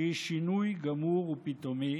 שהיא שינוי גמור, פתאומי,